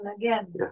again